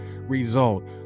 result